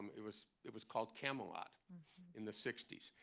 it was it was called camelot in the sixty s.